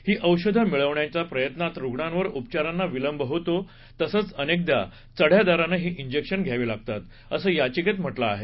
ही औषधं मिळवण्याच्या प्रयत्नात रुग्णावर उपचारांना विलंब होतो तंसच अनेकदा चढया दरानं ही इंजेक्शन घ्यावी लागतात असं याचिकेत म्हटलं आहे